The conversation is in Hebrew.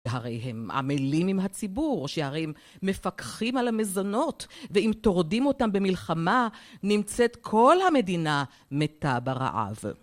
שהרי הם עמלים עם הציבור, שהרי הם מפקחים על המזונות ואם טורדים אותם במלחמה, נמצאת כל המדינה מתה ברעב.